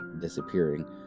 disappearing